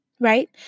right